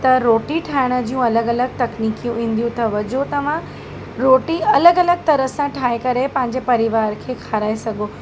त रोटी ठाहिणु जूं अलॻि अलॻि तकनीकियूं ईंदियूं अथव जो तव्हां रोटी अलॻि अलॻि तरह सां ठाहे करे पंहिंजे परिवार खे खाराए सघो